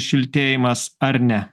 šiltėjimas ar ne